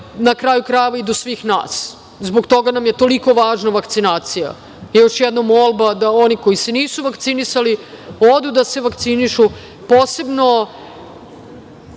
na kraju krajeva i do svih nas. Zbog toga nam je toliko važna vakcinacija. Još jednom molba da oni koji se nisu vakcinisali odu da se vakcinišu, posebno